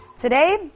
Today